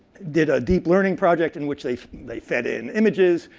did a deep learning project in which they they fed in images.